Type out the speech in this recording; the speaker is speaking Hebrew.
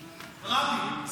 רבין.